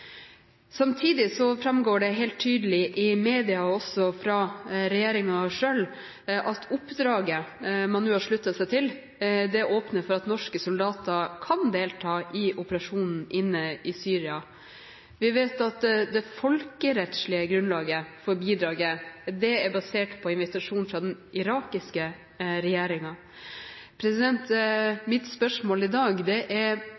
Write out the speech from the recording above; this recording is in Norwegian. Samtidig framgår det helt tydelig i media, og også fra regjeringen, at oppdraget man nå har sluttet seg til, åpner for at norske soldater kan delta i operasjoner inne i Syria. Vi vet at det folkerettslige grunnlaget for bidraget er basert på invitasjon fra den irakiske regjeringen. Mitt spørsmål i dag er: